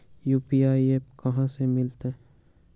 UPI app कहा से मिलेलु?